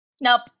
Nope